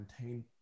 maintain